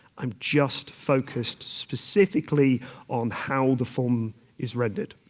i'm just focused specifically on how the form is rendered.